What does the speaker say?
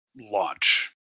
launch